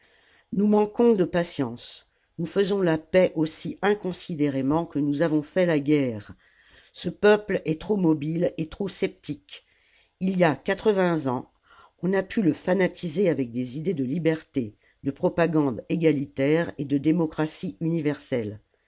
nous manquons de patience nous faisons la paix aussi inconsidérément que nous avons fait la guerre ce peuple est trop mobile et trop sceptique il y a quatrevingts ans on a pu le fanatiser avec des idées de liberté de propagande égalitaire et de démocratie universelle